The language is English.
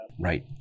Right